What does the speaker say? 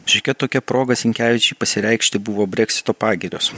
šiokia tokia proga sinkevičiui pasireikšti buvo breksito pagirios